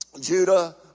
Judah